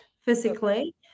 physically